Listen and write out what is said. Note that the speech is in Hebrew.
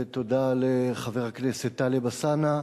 תודה, ותודה לחבר הכנסת טלב אלסאנע,